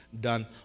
Done